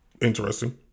interesting